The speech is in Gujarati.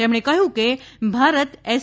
તેમણે કહ્યું કે ભારત એસ